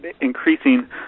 increasing